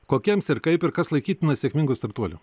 kokiems ir kaip ir kas laikytina sėkmingu startuoliu